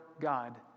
God